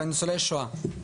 של ניצולי השואה.